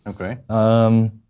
Okay